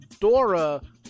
Dora